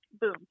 boom